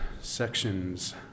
sections